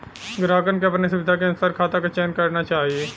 ग्राहकन के अपने सुविधा के अनुसार खाता क चयन करना चाही